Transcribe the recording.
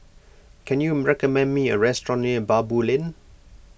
can you recommend me a restaurant near Baboo Lane